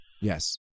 Yes